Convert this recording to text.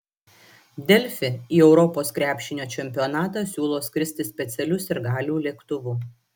delfi į europos krepšinio čempionatą siūlo skristi specialiu sirgalių lėktuvu